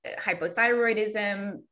hypothyroidism